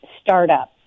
startup